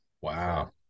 Wow